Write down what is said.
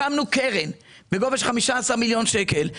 הקמנו קרן בגובה של 15 מיליון שקל.